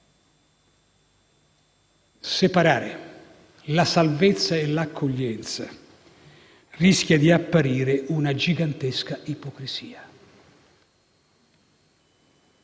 Separare la salvezza e l'accoglienza rischia di apparire una gigantesca ipocrisia.